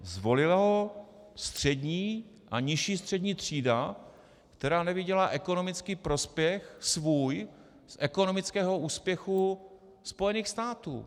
Zvolila ho střední a nižší střední třída, která neviděla ekonomický prospěch svůj z ekonomického úspěchu Spojených států.